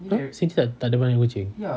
!huh! sini takde banyak kucing